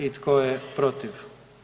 I tko je protiv?